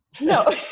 no